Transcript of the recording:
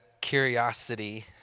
curiosity